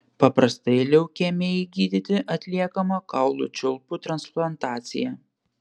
paprastai leukemijai gydyti atliekama kaulų čiulpų transplantacija